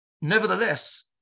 nevertheless